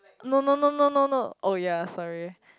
no no no no no no oh ya sorry